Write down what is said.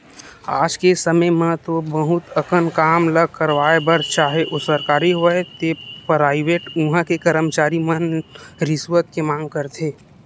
आज के समे म तो बहुत अकन काम ल करवाय बर चाहे ओ सरकारी होवय ते पराइवेट उहां के करमचारी मन रिस्वत के मांग करथे